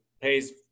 pays